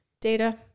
data